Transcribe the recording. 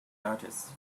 artist